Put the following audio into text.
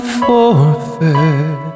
forfeit